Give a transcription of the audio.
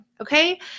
Okay